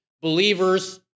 Believers